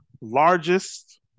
largest